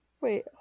Wait